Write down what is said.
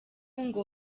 ngo